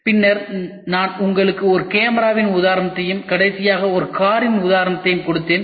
பின்னர் நான் உங்களுக்கு ஒரு கேமராவின் உதாரணத்தையும் கடைசியாக ஒரு காரின் உதாரணத்தையும் கொடுத்தேன்